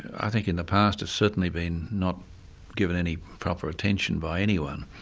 i think in the past it's certainly been not given any proper attention by anyone.